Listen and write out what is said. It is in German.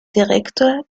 direktor